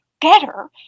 better